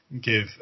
give